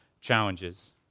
challenges